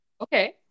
Okay